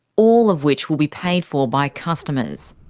all of which will be paid for by customers.